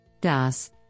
DAS